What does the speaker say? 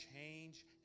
change